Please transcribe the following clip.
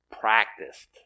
practiced